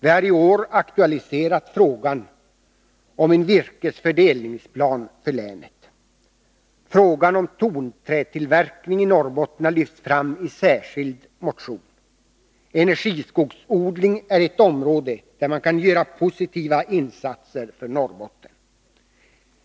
Vi har i år aktualiserat frågan om en virkesfördelningsplan för länet. Frågan om tonträtillverkning i Norrbotten har lyfts fram i en särskild motion. Energiskogsodling är ett område där man kan göra positiva insatser för Norrbotten.